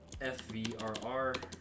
FVRR